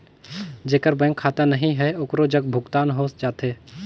जेकर बैंक खाता नहीं है ओकरो जग भुगतान हो जाथे?